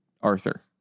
Arthur